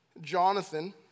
Jonathan